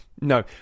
No